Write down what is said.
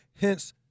Hence